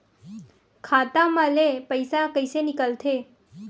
खाता मा ले पईसा कइसे निकल थे?